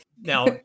Now